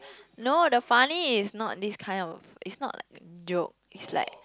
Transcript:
no the funny is not this kind of is not like joke is like